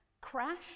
Crash